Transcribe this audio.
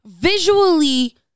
visually